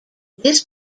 this